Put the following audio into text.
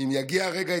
אם יגיע רגע התנגשות,